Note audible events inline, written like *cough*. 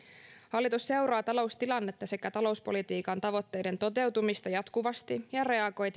hallitus seuraa taloustilannetta sekä talouspolitiikan tavoitteiden toteutumista jatkuvasti *unintelligible* ja reagoi *unintelligible*